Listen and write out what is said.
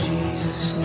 Jesus